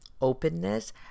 openness